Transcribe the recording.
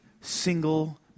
single